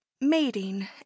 mating